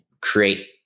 create